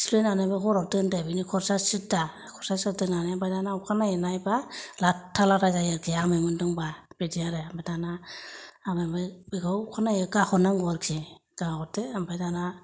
सिफ्लेनानै हराव दोनदो बिनि खरसा सिदा खरसा सिदा दोननानै दाना अखा नायै नायबा लाथा लाथा जायो आरोखि आमाय मोनदोंबा बिदि आरो दाना ओमफ्राय बेखौ अखानायै गाहरनांगौ आरोखि गाहरदो ओमफ्राय दाना